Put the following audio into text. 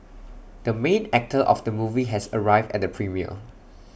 the main actor of the movie has arrived at the premiere